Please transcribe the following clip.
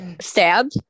stabbed